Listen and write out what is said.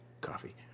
coffee